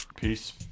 Peace